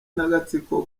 n’agatsiko